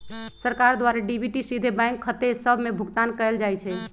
सरकार द्वारा डी.बी.टी सीधे बैंक खते सभ में भुगतान कयल जाइ छइ